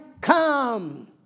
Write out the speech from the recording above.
come